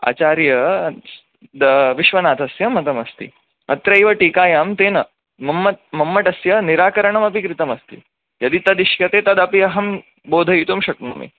आचार्य विश्वनाथस्य मतमस्ति अत्रैव टीकायां तेन मम्मटस्य निराकरणमपि कृतमस्ति यदि तदिष्यते तदपि अहं बोधयितुं शक्नोमि